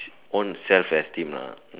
own self esteem lah